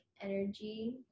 energy